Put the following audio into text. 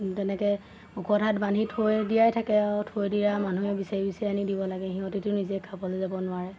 তেনেকৈ ওখ ঠাইত বান্ধি থৈ দিয়াই থাকে আৰু থৈ দিয়া মানুহে বিচাৰি বিচাৰি আনি দিব লাগে সিহঁতেতো নিজে খাবলৈ যাব নোৱাৰে